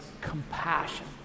compassion